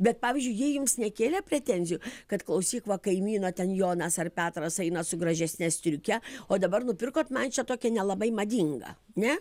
bet pavyzdžiui jie jums nekėlė pretenzijų kad klausyk va kaimyno ten jonas ar petras eina su gražesne striuke o dabar nupirkot man čia tokia nelabai madinga ne